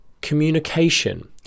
communication